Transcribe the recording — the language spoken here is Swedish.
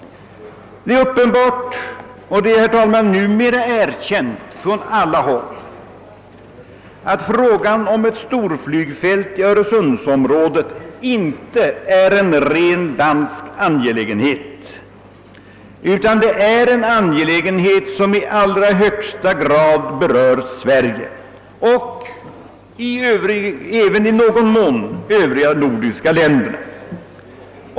Man har hållit öppet om det skall bli en bro eller en tunnel eller en kombination av bro och tunnel. Det är uppenbart och numera erkänt från alla håll, att frågan om ett storflygfält i öresundsområdet inte är en ren dansk angelägenhet utan en angelägenhet som i allra högsta grad berör Sverige men också i viss mån övriga nordiska länder.